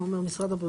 מה אומר משרד הבריאות?